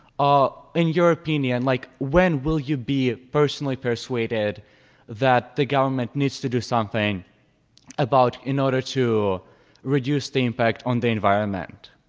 ah in your opinion, like when will you be personally persuaded that the government needs to do something in order to reduce the impact on the environment?